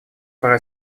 пора